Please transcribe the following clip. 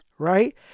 Right